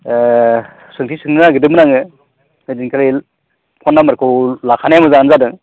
सोंथि सोंनो नागिरदोंमोन आङो बैदिनखालि फन नाम्बारखौ लाखानाया मोजाङानो जादों